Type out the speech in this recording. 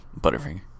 Butterfinger